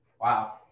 wow